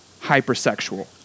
hypersexual